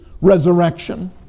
resurrection